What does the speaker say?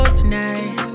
tonight